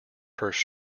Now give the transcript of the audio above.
purse